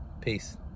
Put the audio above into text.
Peace